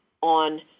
on